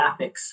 graphics